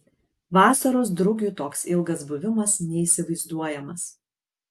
vasaros drugiui toks ilgas buvimas neįsivaizduojamas